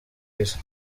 isi